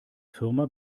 firma